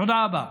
תודה רבה.